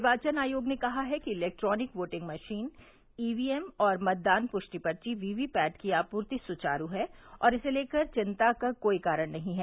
निर्वाचन आयोग ने कहा है कि इलेक्ट्रॉनिक वोटिंग मशीन ईवीएम और मतदान पृष्टि पर्ची वीवीपैट की आपूर्ति सुचार है और इसे लेकर चिंता का कोई कारण नहीं है